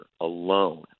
alone